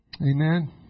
Amen